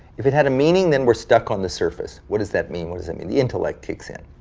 if it had a meaning, then we're stuck on the surface. what does that mean, what does that mean. the intellect kicks in.